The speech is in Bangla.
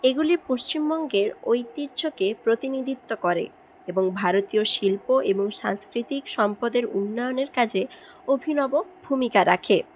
এগুলি পশ্চিমবঙ্গের ঐতিহ্যকে প্রতিনিধিত্ব করে এবং ভারতীয় শিল্প এবং সাংস্কৃতিক সম্পদের উন্নয়নের কাজে অভিনব ভূমিকা রাখে